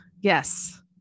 Yes